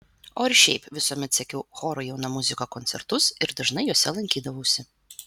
o ir šiaip visuomet sekiau choro jauna muzika koncertus ir dažnai juose lankydavausi